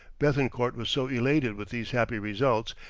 bethencourt was so elated with these happy results,